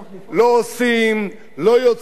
לא עושים, לא יוצרים.